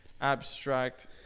abstract